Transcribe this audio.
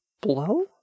blow